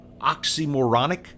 oxymoronic